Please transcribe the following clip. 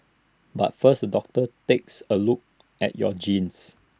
but first the doctor takes A look at your genes